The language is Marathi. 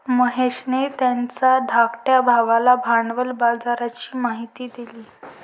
महेशने त्याच्या धाकट्या भावाला भांडवल बाजाराची माहिती दिली